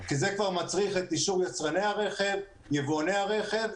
כי זה כבר מצריך את אישור יצרני הרכב ויבואני הרכב,